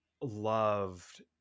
loved